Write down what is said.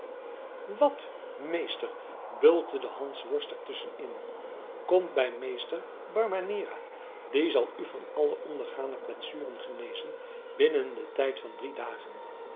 wat meester bulkte de hansworst er tusschen in komt bij meester barbanera die zal u van alle ondergane kwetsuren genezen binnen den tijd van drie dagen